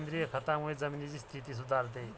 सेंद्रिय खतामुळे जमिनीची स्थिती सुधारते